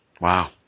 Wow